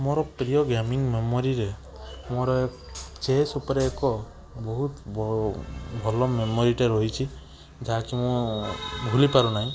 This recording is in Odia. ମୋର ପ୍ରିୟ ଗେମିଙ୍ଗ ମେମୋରିରେ ମୋର ଚେସ୍ ଉପରେ ଏକ ବହୁତ ଭଲ ମେମୋରିଟେ ରହିଛି ଯାହାକି ମୁଁ ଭୁଲିପାରୁନାହିଁ